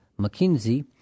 McKinsey